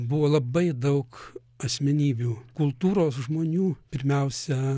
buvo labai daug asmenybių kultūros žmonių pirmiausia